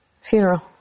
funeral